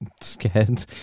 scared